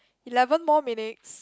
eleven more minutes